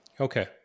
Okay